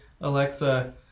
Alexa